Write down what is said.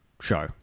show